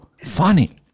funny